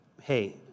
hey